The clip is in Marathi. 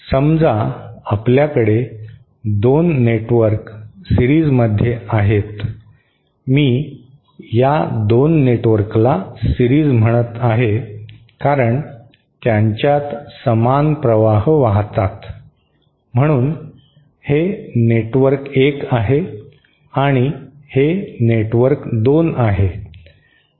समजा आपल्याकडे 2 नेटवर्क सिरीजमध्ये आहेत मी या 2 नेटवर्कला सिरीज म्हणत आहे कारण त्यांच्यात समान प्रवाह वाहतात म्हणून हे नेटवर्क 1 आहे आणि हे नेटवर्क 2 आहे